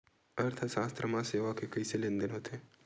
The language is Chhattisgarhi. अर्थशास्त्र मा सेवा के कइसे लेनदेन होथे?